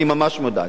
אני ממש מודאג.